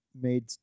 made